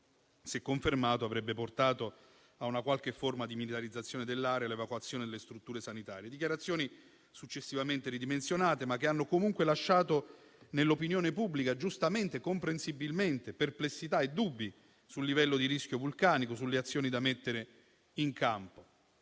se confermato, avrebbe portato a una qualche forma di militarizzazione dell'area e all'evacuazione delle strutture sanitarie. Le dichiarazioni sono state successivamente ridimensionate, ma hanno comunque lasciato nell'opinione pubblica, giustamente, comprensibilmente, perplessità e dubbi sul livello di rischio vulcanico e sulle azioni da mettere in campo,